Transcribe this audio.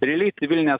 realiai civilinės